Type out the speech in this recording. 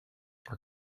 are